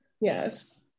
Yes